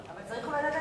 צריך אולי לתת